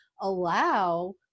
allow